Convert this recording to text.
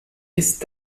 ist